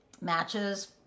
matches